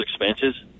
expenses